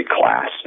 class